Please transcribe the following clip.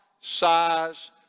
size